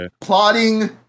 Plotting